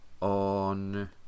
on